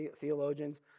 theologians